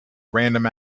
random